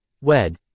Wed